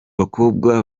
bakobwa